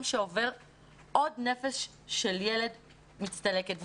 עוד נפש של ילד מצטלקת.